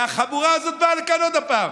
והחבורה הזאת באה לכאן עוד פעם,